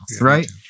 right